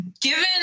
given